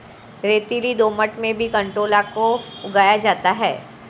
रेतीली दोमट में भी कंटोला को उगाया जाता है